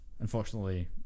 unfortunately